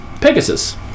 Pegasus